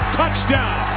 touchdown